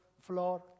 floor